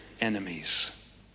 enemies